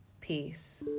peace